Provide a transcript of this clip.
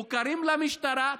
מוכרים למשטרה,